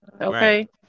okay